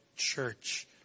church